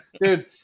Dude